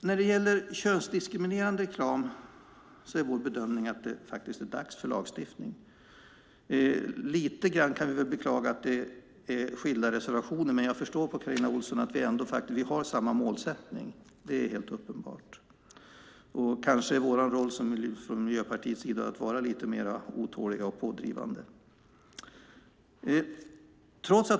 När det gäller könsdiskriminerande reklam är vår bedömning att det faktiskt är dags för lagstiftning. Lite grann kan vi beklaga att det är skilda reservationer, men jag förstår på Carina Ohlsson att vi har samma målsättning. Det är helt uppenbart. Kanske är det Miljöpartiets roll att vara lite mer otåliga och pådrivande.